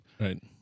right